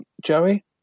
Joey